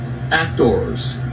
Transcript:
actors